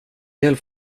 hjälp